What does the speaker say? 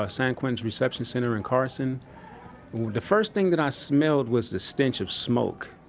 ah san quentin's reception center in carson the first thing that i smelled was the stench of smoke,